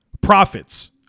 profits